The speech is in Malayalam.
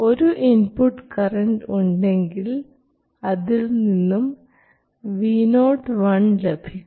ഒരു ഇൻപുട്ട് കറൻറ് ഉണ്ടെങ്കിൽ അതിൽനിന്നും Vo1 ലഭിക്കും